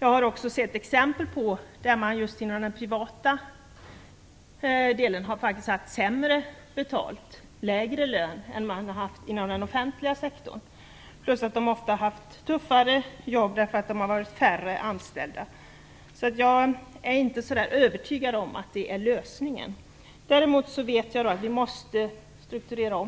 har sett exempel på att man inom den privata delen har haft lägre lön än inom den offentliga sektorn, plus att de haft tuffare jobb därför att de varit färre anställda. Så jag är inte övertygad om att det är lösningen. Däremot är jag medveten om att vi måste strukturera om.